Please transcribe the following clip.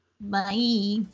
Bye